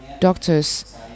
doctors